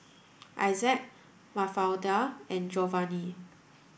Issac Mafalda and Jovani